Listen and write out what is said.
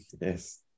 Yes